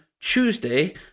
Tuesday